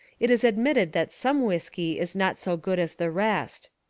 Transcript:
it is admitted that some whiskey is not so good as the rest.